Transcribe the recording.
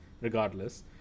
regardless